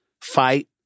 fight